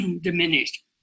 diminished